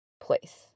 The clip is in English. place